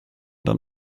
dann